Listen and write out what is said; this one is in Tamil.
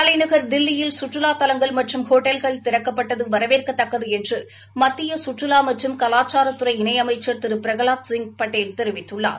தலைநகா் தில்லியில் சுற்றுலா தலங்கள் மற்றும் ஹோட்டல்கள் திறக்கப்பட்டது வரவேற்கத்தக்கது என்று மத்திய கற்றுலா மற்றும் கலாச்சாரத்துறை இணை அமைச்சர் திரு பிரகலாத் சிங் படேல் தெரிவித்துள்ளார்